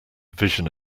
vision